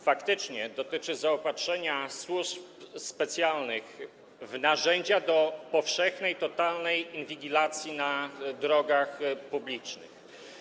Faktycznie dotyczy ona zaopatrzenia służb specjalnych w narzędzia do powszechnej, totalnej inwigilacji na drogach publicznych.